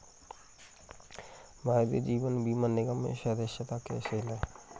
भारतीय जीवन बीमा निगम में सदस्यता कैसे लें?